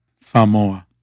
Samoa